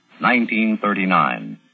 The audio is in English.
1939